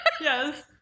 Yes